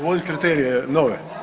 uvodit kriterije nove.